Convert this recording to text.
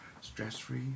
Stress-free